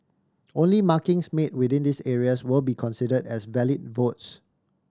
only markings made within these areas will be consider as valid votes